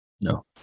No